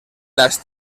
las